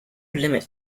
limit